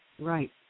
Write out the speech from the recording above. Right